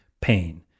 pain